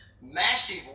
massive